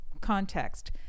context